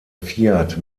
fiat